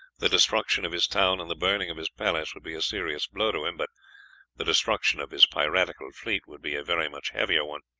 the destruction of his town and the burning of his palace would be a serious blow to him, but the destruction of his piratical fleet would be a very much heavier one.